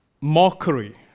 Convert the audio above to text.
mockery